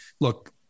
look